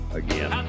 again